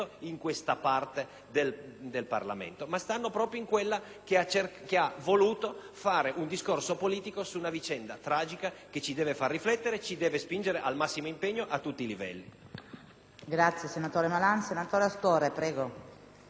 del Parlamento, ma proprio in quella che ha voluto fare un discorso politico su una vicenda tragica che ci deve far riflettere e spingere al massimo impegno a tutti livelli.